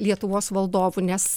lietuvos valdovu nes